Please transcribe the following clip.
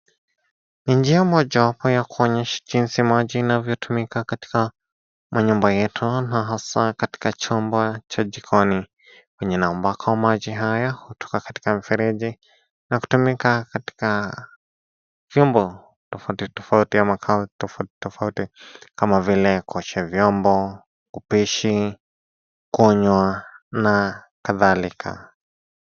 Ni njia mojawapo ya kuonyesha jinsi maji inavyotumika katika manyumba yetu na hasa katika chumba cha jikoni, kwenye na ambako maji haya kutoka katika mfereji, na kutumika katika vyombo tofauti tofauti, au kazi tofauti tofauti kama vile kuosha vyombo, upishi, kunywa, na kadhalika.